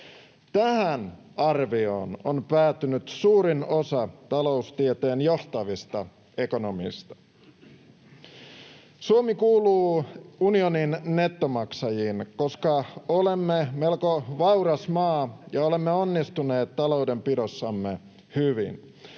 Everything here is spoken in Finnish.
Tähän arvioon on päätynyt suurin osa taloustieteen johtavista ekonomisteista. Suomi kuuluu unionin nettomaksajiin, koska olemme melko vauras maa ja olemme onnistuneet taloudenpidossamme hyvin.